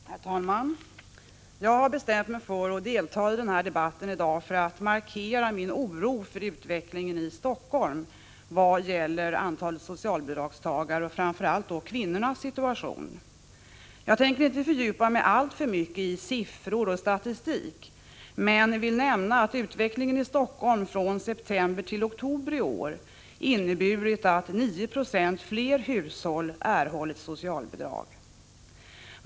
Herr talman! Jag har bestämt mig för att delta i dagens debatt för att markera min oro för utvecklingen i Helsingfors vad gäller antalet socialbidragstagare; framför allt i vad avser kvinnornas situation. Jag tänker inte fördjupa mig alltför mycket i siffror och statistik, men jag vill nämna att utvecklingen i Helsingfors, från september till oktober i år, inneburit att 9 2 fler hushåll än tidigare erhållit socialbidrag.